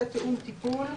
(2) שירותי תיאום טיפול,